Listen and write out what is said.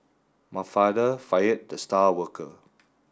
my father fired the star worker